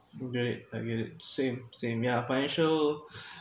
I get it I get it same same yeah financial